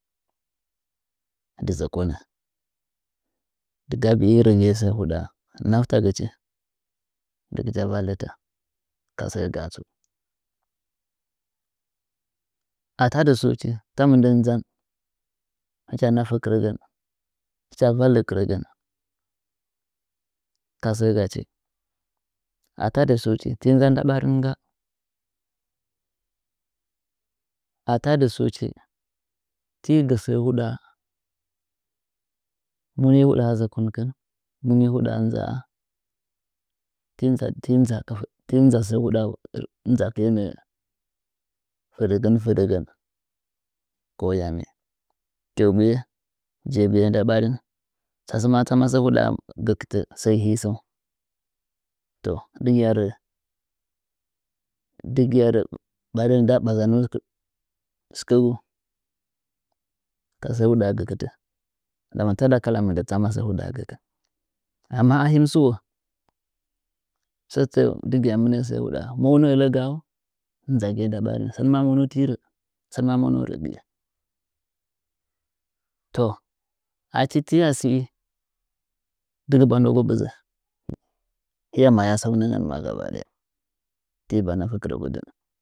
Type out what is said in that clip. Dɨ zɚkɚnɚ dɨga bii rɚgtye sɚ huɗaa naftagɨchi dɨgɨcha vallita kasɚ gaa tsu ata dɨ suuchi ta mɨ ndɚn nzan hɨcha nafe kɨrɚgɚn hɨella valle kɨrɚgɚn ka sɚ gachi ata dɨ suuchi ti nzan nda ɓarin nggaa ata dɨ sɨuchi ti gɚ sɚ huɗaa muni huɗaa zoko nki muni huɗaa nza a tinza ti nza ka fe ti nza sɚɚ huɗaa nzakɨye fadɚgɚn fɚdɚgɚn ko yami tɚugɨge jegɨye nda ɓarin tasɚ ma tsamaga sɚ huɗaa gɚkɨn tɚ sai hi sɚung to dɨgɨya rɚ ɓarin nda ɓarin nda ɓazanu sɨkɚgu ka sɚ huɗaa gɚkɨtɚ amma taɗa kala mɨndɚ tsuma sɚ huɗaa gɚkɨn amma ahim sɨo sɚtɚtɚɚ dɨgɨya mɨnɚ sɚ huɗaa nzagɨye nda ɓarin sɚn ma monu ti rɚ sɚn ma monu rɚgɨye to achi tɨya sɨi’ dɨgɨ ɓwandɨvɚgu a ɓɨz hɨya mahya sɚunɚngɚn ma gaba ɗaya tiba afi kɨrɚgu dɨn.